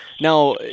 Now